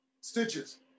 stitches